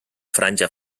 franja